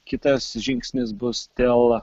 kitas žingsnis bus dėl